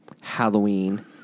Halloween